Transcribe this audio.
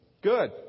Good